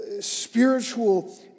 spiritual